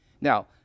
Now